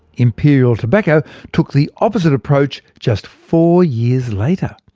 imperial tobacco took the opposite approach just four years later.